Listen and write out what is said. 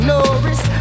Norris